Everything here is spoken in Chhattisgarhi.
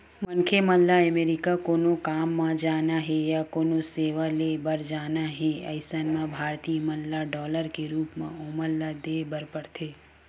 मनखे ल अमरीका कोनो काम म जाना हे या कोनो सेवा ले बर जाना हे अइसन म भारतीय मन ल डॉलर के रुप म ओमन ल देय बर परथे